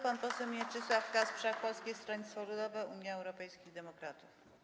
Pan poseł Mieczysław Kasprzak, Polskie Stronnictwo Ludowe - Unia Europejskich Demokratów.